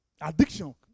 Addiction